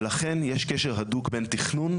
ולכן יש קשר הדוק בין תכנון,